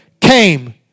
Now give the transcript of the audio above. came